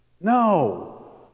No